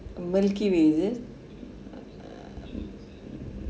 milky way is it err mm